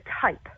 type